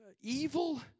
evil